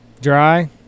dry